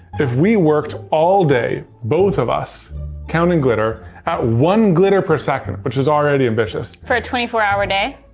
if we worked all day, both of us counting glitter at one glitter per second, which is already ambitious. for a twenty four hour day?